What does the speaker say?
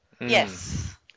Yes